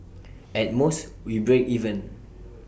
at most we break even